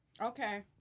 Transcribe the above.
Okay